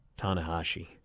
Tanahashi